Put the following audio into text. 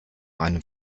einem